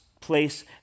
place